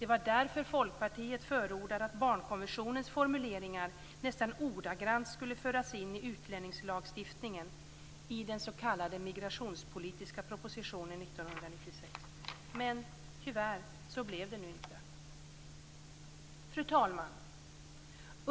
Det var därför Folkpartiet förordade att barnkonventionens formuleringar nästan ordagrant skulle föras in i utlänningslagstiftningen i den s.k. migrationspolitiska propositionen 1996. Men, tyvärr, så blev det nu inte. Fru talman!